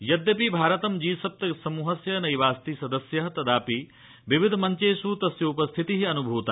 यद्यपि भारत जी सप्त समूहस्य नैवास्ति सदस्य तथापि विविध मब्चेष् तस्योपस्थिति अनुभूता